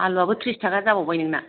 आलुवाबो ट्रिसथाखा जाबावबाय नोंना